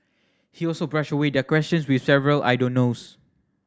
he also brushed away their questions with several I don't knows